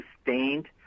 sustained